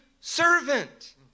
servant